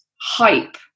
hype